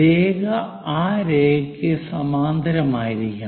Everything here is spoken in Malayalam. രേഖ ആ രേഖക്ക് സമാന്തരമായിരിക്കണം